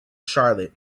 charlotte